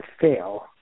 fail